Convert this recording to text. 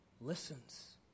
listens